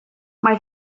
mae